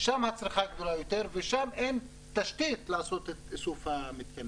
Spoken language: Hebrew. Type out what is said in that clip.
-- שם הצריכה גדולה יותר ושם אין תשתית לעשות את איסוף המתקנים.